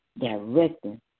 directing